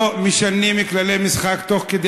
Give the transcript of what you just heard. לא משנים כללי משחק תוך כדי